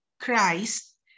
Christ